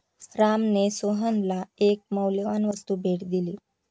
रामने सोहनला एक मौल्यवान वस्तू भेट दिली